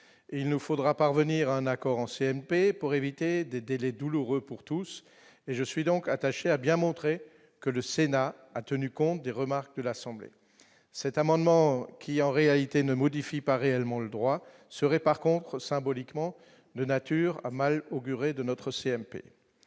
il nous faudra parvenir à un accord en CMP pour éviter des délais douloureux pour tous et je suis donc à bien montrer que le Sénat a tenu compte des remarques de l'Assemblée, cet amendement, qui en réalité ne modifie pas réellement le droit serait par contre symboliquement de nature à mal augurer de notre CMP